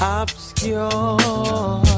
obscure